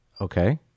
Okay